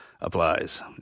applies